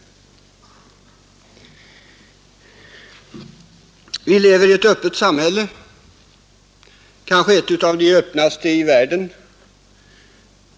Vi lever i ett öppet samhälle — kanske ett av de öppnaste i världen.